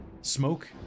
Smoke